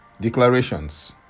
declarations